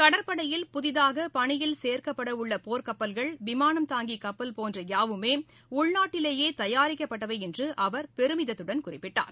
கடற்படையில் புதிதாக பணியில் சேர்க்கப்பட உள்ள போர்கப்பல்கள் விமானம் தாங்கி கப்பல் போன்ற யாவுமே உள்நாட்டிலேயே தயாரிக்கப்பட்டவை என்று அவர் பெருமிதத்துடன் குறிப்பிட்டார்